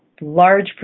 Large